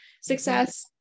success